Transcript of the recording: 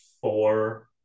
Four